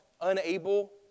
unable